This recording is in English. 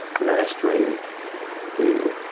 mastering the,